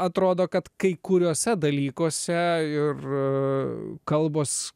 atrodo kad kai kuriuose dalykuose ir kalbos